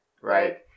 right